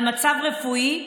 על מצב רפואי,